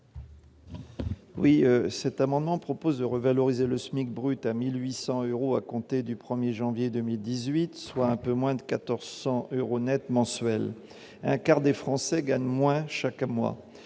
Cet amendement vise à revaloriser le SMIC brut à 1 800 euros à compter du 1 janvier 2018, soit un peu moins de 1 400 euros nets mensuels. Un quart des Français gagnent moins que cette